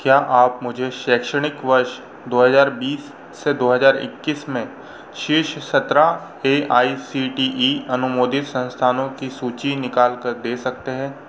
क्या आप मुझे शैक्षणिक वर्ष दो हज़ार बीस से दो हज़ार इक्कीस में शीर्ष सत्रह A I C T E अनुमोदित संस्थानों की सूची निकाल कर दे सकते हैं